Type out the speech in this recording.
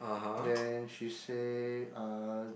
then she say uh